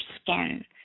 skin